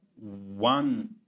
One